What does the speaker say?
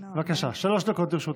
בבקשה, שלוש דקות לרשותך.